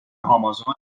آمازون